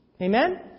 Amen